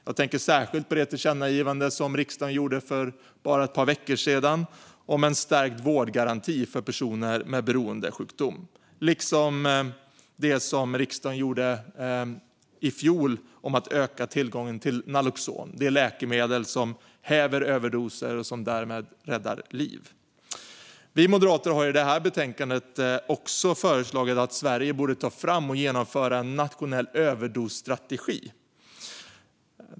Jag tänker särskilt på det tillkännagivande som riksdagen gjorde för bara ett par veckor sedan om en stärkt vårdgaranti för personer med beroendesjukdom, liksom det som riksdagen gjorde i fjol om att öka tillgången till naloxon, det läkemedel som häver överdoser och därmed räddar liv. Vi moderater har i detta betänkande också föreslagit att Sverige ska ta fram och genomföra en nationell överdosstrategi.